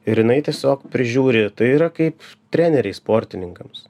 ir jinai tiesiog prižiūri tai yra kaip treneriai sportininkams